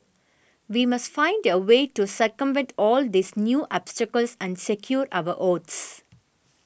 we must find a way to circumvent all these new obstacles and secure our votes